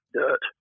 dirt